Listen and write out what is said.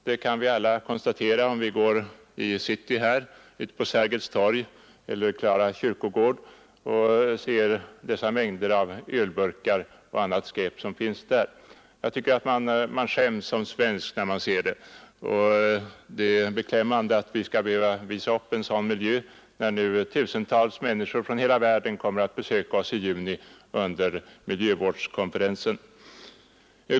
Alla kan konstatera detta i City, på Sergels torg eller på Klara kyrkogård. Där finns mängder av ölburkar och annat skräp. Man skäms som svensk. Det är beklämmande att vi skall behöva visa upp en sådan miljö när tusentals människor från hela världen kommer att besöka oss i juni under miljövårdskonferensen.